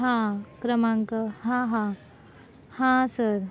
हां क्रमांक हां हां हां सर